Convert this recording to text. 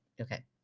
Okay